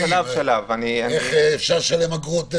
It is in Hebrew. איך אפשר לשלם אגרות?